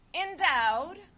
endowed